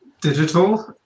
digital